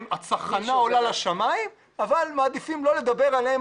הצחנה עולה לשמיים אבל מעדיפים לא לדבר עליהם